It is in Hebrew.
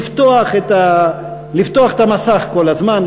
לפתוח את המסך כל הזמן,